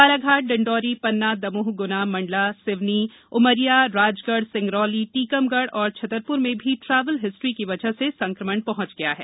बालाघाट डिंडोरी पन्ना दमोह गुना मंडला सिवनी उमरिया राजगढ़ सिंगरौली टीकमगढ़ और छतरपुर में भी ट्रेवल हिस्ट्री की वजह से संक्रमण पहंच गया है